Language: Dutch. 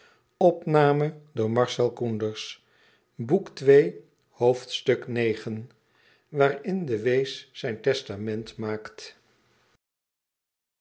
waarin de wees zun testament maakt